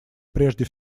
прежде